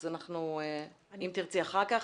אז אם תרצי אחר כך.